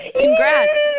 Congrats